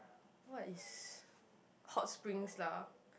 what is hot springs lah